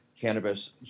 cannabis